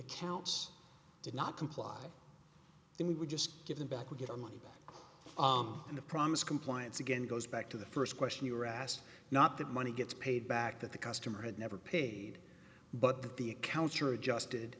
accounts did not comply then we just give them back we get our money back and a promise compliance again goes back to the first question you were asked not that money gets paid back that the customer had never paid but the accounts are adjusted